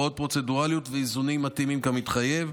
הוראות פרוצדורליות ואיזונים מתאימים כמתחייב.